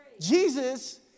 Jesus